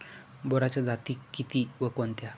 बोराच्या जाती किती व कोणत्या?